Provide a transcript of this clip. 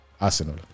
Arsenal